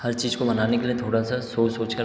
हर चीज़ को बनाने के लिए थोड़ा सा सोच सोच कर